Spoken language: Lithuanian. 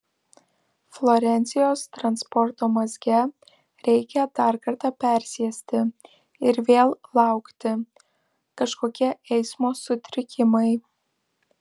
florencijos transporto mazge reikia dar kartą persėsti ir vėl laukti kažkokie eismo sutrikimai